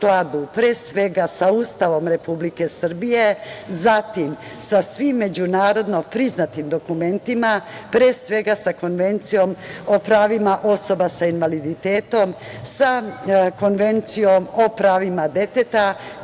pre svega, sa Ustavom Republike Srbije, zatim sa svim međunarodno priznatim dokumentima, pre svega sa Konvencijom o pravima osoba sa invaliditetom, sa Konvencijom o pravima deteta,